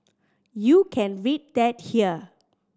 you can read that here